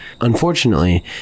Unfortunately